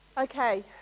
Okay